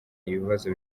ibibazo